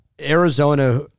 Arizona